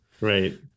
right